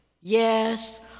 Yes